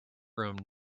room